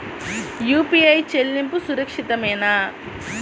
UPI చెల్లింపు సురక్షితమేనా?